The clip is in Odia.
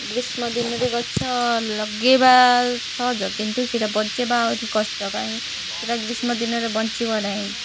ଗ୍ରୀଷ୍ମ ଦିନରେ ଗଛ ଲଗାଇବା ସହଜ କିନ୍ତୁ ସେଇଟା ବଞ୍ଚାଇବା ଆହୁରି କଷ୍ଟ କାହିଁ ସେଇଟା ଗ୍ରୀଷ୍ମ ଦିନରେ ବଞ୍ଚିବ ନାହିଁ